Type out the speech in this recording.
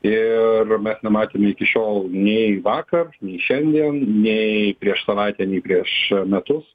ir mes nematėme iki šiol nei vakar nei šiandien nei prieš savaitę nei prieš metus